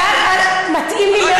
קודם כול, מתאים לי מאוד.